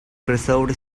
preserved